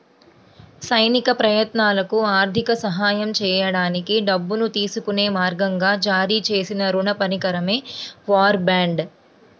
సైనిక ప్రయత్నాలకు ఆర్థిక సహాయం చేయడానికి డబ్బును తీసుకునే మార్గంగా జారీ చేసిన రుణ పరికరమే వార్ బాండ్